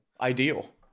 Ideal